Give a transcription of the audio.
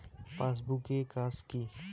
Passbook এর কাজ কি?